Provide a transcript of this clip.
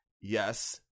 Yes